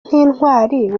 nk’intwari